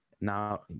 now